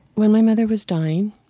when my mother was dying,